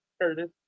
Curtis